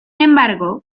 embargo